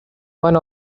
one